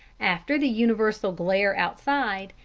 after the universal glare outside,